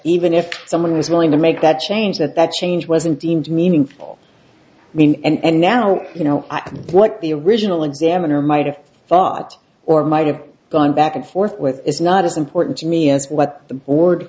even if someone is willing to make that change that that change wasn't deemed meaningful when and now you know what the original examiner might have thought or might have gone back and forth with is not as important to me as what the board